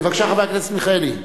בבקשה, חבר הכנסת מיכאלי.